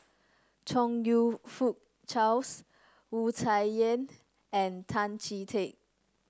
Chong You Fook Charles Wu Tsai Yen and Tan Chee Teck